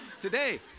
today